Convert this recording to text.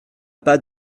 pas